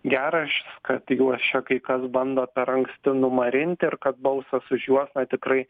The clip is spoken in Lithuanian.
geras kad juos čia kai kas bando per anksti numarinti ir kad balsas už juos na tikrai